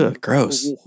Gross